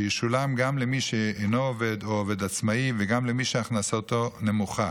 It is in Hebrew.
שישולם גם למי שאינו עובד או עובד עצמאי וגם למי שהכנסתו נמוכה.